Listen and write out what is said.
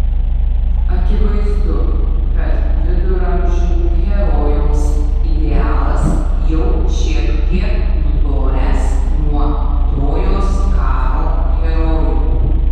akivaizdu kad viduramžių herojaus idealas jau šiek tiek nutolęs nuo trojos karo herojų